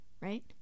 right